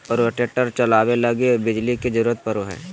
rotator चलावे लगी बिजली के जरूरत पड़ो हय